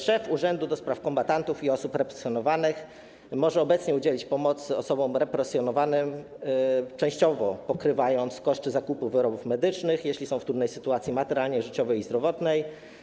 Szef Urzędu do Spraw Kombatantów i Osób Represjonowanych może obecnie udzielić pomocy osobom represjonowanym, częściowo pokrywając koszty zakupu wyrobów medycznych, jeśli są one w trudnej sytuacji materialnej, życiowej i zdrowotnej.